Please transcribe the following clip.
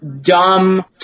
dumb